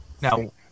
now